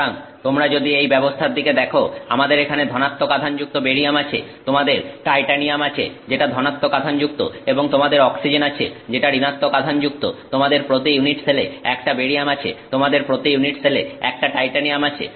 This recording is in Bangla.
সুতরাং তোমরা যদি এই ব্যবস্থার দিকে দেখো আমাদের এখানে ধনাত্মক আধানযুক্ত বেরিয়াম আছে তোমাদের টাইটানিয়াম আছে যেটা ধনাত্মক আধানযুক্ত এবং তোমাদের অক্সিজেন আছে যেটা ঋণাত্মক আধানযুক্ত তোমাদের প্রতি ইউনিট সেলে 1টা বেরিয়াম আছে তোমাদের প্রতি ইউনিট সেলে 1টা টাইটানিয়াম আছে